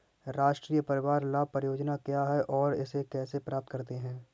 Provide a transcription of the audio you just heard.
राष्ट्रीय परिवार लाभ परियोजना क्या है और इसे कैसे प्राप्त करते हैं?